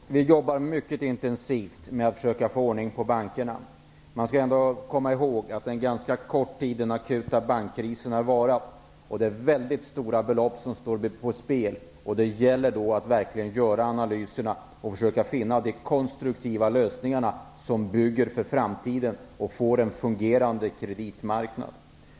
Herr talman! Vi jobbar mycket intensivt med att försöka få ordning på bankerna. Man skall ändå komma ihåg att det är ganska kort tid som den akuta bankkrisen har varat, och det är mycket stora belopp som står på spel. Det gäller då att verkligen göra analyserna och försöka finna konstruktiva lösningar, som bygger upp någonting för framtiden och skapar en fungerande kreditmarknad.